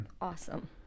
Awesome